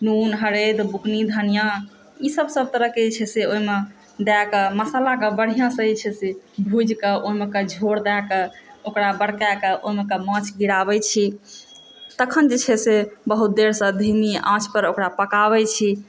नून हरदि बुकनी धनिया ई सब सब तरहके जे छै से ओहिमे दए कऽ मसालाके बढ़िआँसँ जे छै से भुजिकऽ ओहिमे झोर दए कऽ ओकरा बड़काकऽ ओहिमे कऽ माछ गिराबै छी तखन जे छै से बहुत देरसँ धीमी आँचपर ओकरा पकाबै छी